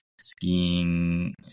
skiing